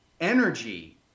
energy